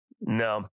No